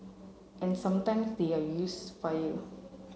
and sometimes they are use fire